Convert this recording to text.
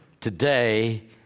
today